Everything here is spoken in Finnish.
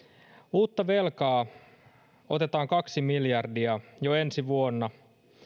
uutta velkaa otetaan kaksi miljardia jo ensi vuonna